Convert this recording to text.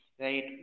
right